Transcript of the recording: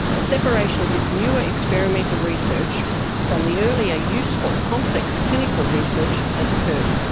a separation of this newer experimental research from the earlier useful complex clinical research, has occurred.